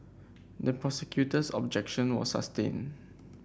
the prosecutor's objection was sustained